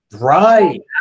Right